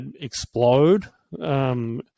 explode